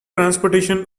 transportation